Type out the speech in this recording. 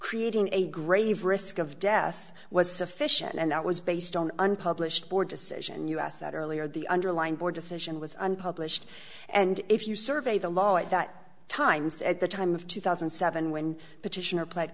creating a grave risk of death was sufficient and that was based on unpublished board decision us that earlier the underlying board decision was unpublished and if you survey the law at that times at the time of two thousand and seven when the titian or pl